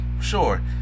sure